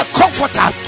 comforter